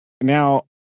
now